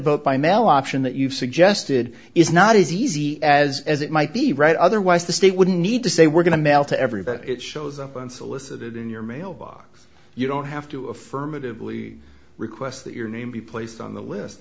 vote by mail option that you've suggested is not as easy as as it might be right otherwise the state wouldn't need to say we're going to mail to everybody it shows up unsolicited in your mailbox you don't have to affirmatively request that your name be placed on the list